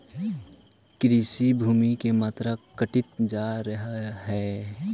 कृषिभूमि के मात्रा घटित जा रहऽ हई